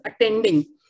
attending